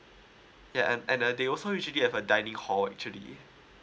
ya and and uh they also usually have a dining hall actually